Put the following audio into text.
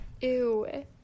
ew